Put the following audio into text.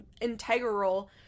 integral